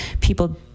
people